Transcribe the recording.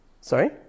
Sorry